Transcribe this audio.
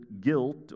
guilt